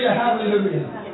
hallelujah